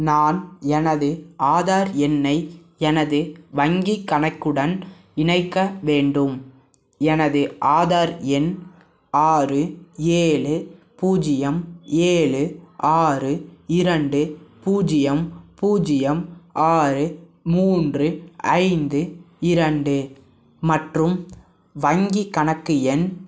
நான் எனது ஆதார் எண்ணை எனது வங்கிக் கணக்குடன் இணைக்க வேண்டும் எனது ஆதார் எண் ஆறு ஏழு பூஜ்யம் ஏழு ஆறு இரண்டு பூஜ்யம் பூஜ்யம் ஆறு மூன்று ஐந்து இரண்டு மற்றும் வங்கிக் கணக்கு எண்